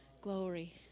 glory